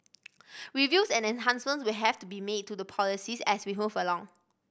reviews and enhancements will have to be made to the policies as we move along